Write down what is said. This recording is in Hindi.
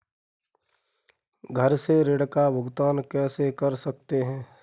घर से ऋण का भुगतान कैसे कर सकते हैं?